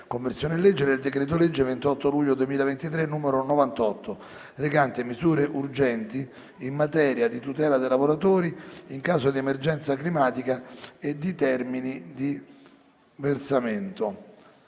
«Conversione in legge del decreto-legge 28 luglio 2023, n. 98, recante misure urgenti in materia di tutela dei lavoratori in caso di emergenza climatica e di termini di versamento»